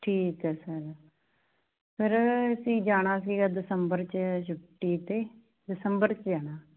ਠੀਕ ਹੈ sir sir ਅਸੀਂ ਜਾਣਾ ਸੀਗਾ ਦਸੰਬਰ 'ਚ ਛੁੱਟੀ 'ਤੇ ਦਸੰਬਰ 'ਚ ਜਾਣਾ